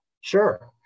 Sure